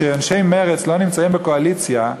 שכשאנשי מרצ לא נמצאים בקואליציה,